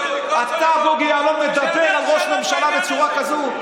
אתה, בוגי יעלון, מדבר על ראש ממשלה בצורה כזאת?